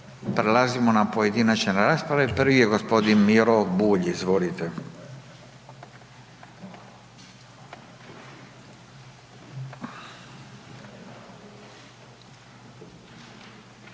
Prelazimo na pojedinačne rasprave. Prvi je gospodin Miro Bulj, izvolite.